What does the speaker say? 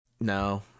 no